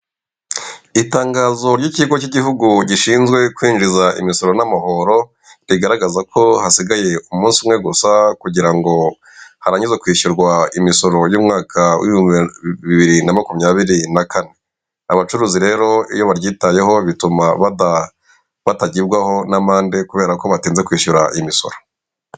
Itangazo ry'ikigo k'igihugu gishinzwe kwinjiza imisoro n'amahoro rigaragaza ko hasigaye umunsi umwe gusa Kugirango harangizwe kwishyurwa imisoro y'umwaka w'ibihumbi bibiri na makumyabiri na kane. Abacuruzi rero iyo baryitayeho bituma batagibwaho n'amande Kubera ko batinze kwishyura imisoro.